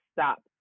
stop